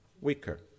weaker